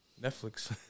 Netflix